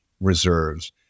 reserves